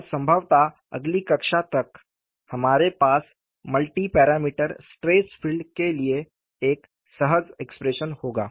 और संभवत अगली कक्षा तक हमारे पास मल्टी पैरामीटर स्ट्रेस फील्ड के लिए एक सहज एक्सप्रेशन होगा